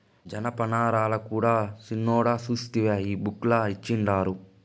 జనపనారల కూడా సిన్నోడా సూస్తివా ఈ బుక్ ల ఇచ్చిండారు